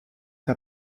t’a